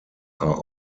are